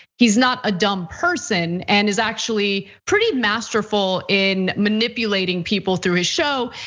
he's not a dumb person. and is actually pretty masterful in manipulating people through his show.